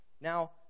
Now